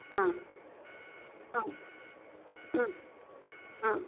ஆ ஆ ம் ஆ